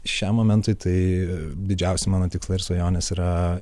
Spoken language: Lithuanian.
šiam momentui tai didžiausi mano tikslai ir svajonės yra